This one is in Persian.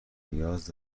نیاز